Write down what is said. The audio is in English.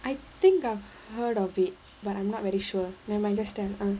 I think I've heard of it but I'm not very sure never mind just say (uh huh)